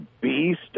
beast